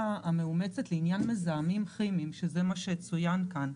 המאומצת לעניין מזהמים כימיים שזה מה שצוין כאן.